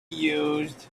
used